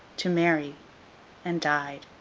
to mary and died.